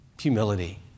Humility